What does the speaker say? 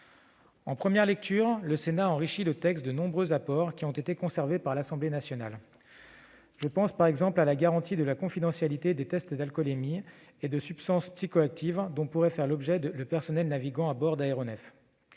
En première lecture, le Sénat a enrichi le texte de nombreux apports, qui ont été conservés par l'Assemblée nationale. Je pense, par exemple, à la garantie de la confidentialité des tests d'alcoolémie et de substances psychoactives dont pourrait faire l'objet le personnel naviguant à bord d'aéronefs,